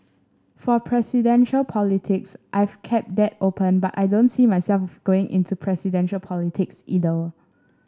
for presidential politics I've kept that open but I don't see myself going into presidential politics either